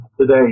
today